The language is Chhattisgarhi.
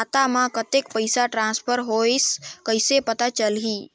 खाता म कतेक पइसा ट्रांसफर होईस कइसे पता चलही?